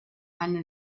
eine